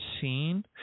seen